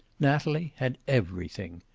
natalie had everything.